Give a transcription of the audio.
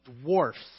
dwarfs